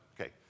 Okay